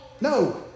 No